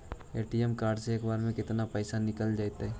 ATM card से एक बार में केतना पैसा निकल जइतै?